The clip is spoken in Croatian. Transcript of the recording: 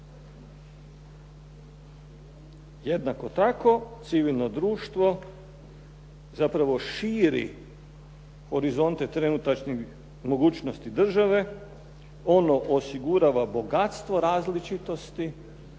Jednako tako, civilno društvo zapravo širi horizonte trenutačnih mogućnosti države, ono osigurava bogatstvo različitosti